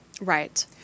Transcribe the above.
Right